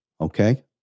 okay